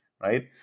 right